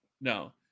No